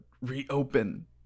reopen